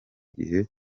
gihe